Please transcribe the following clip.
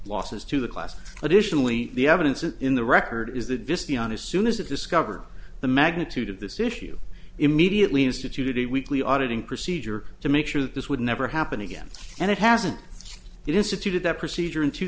losses to the class additionally the evidence is in the record is that visteon as soon as it discovered the magnitude of this issue immediately instituted a weekly auditing procedure to make sure that this would never happen again and it hasn't been instituted that procedure in two